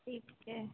ठीक है